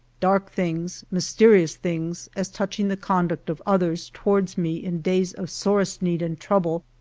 dark things, mysterious things, as touching the conduct of others towards me in days of sorest need and trouble,